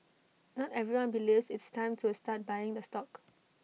not everyone believes it's time to A start buying the stock